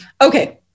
Okay